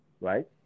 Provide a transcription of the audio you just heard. Right